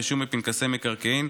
רישום בפנקסי מקרקעין,